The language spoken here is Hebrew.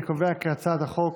אני קובע כי הצעת החוק